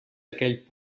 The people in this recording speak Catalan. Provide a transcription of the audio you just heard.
aquell